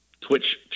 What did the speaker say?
Twitch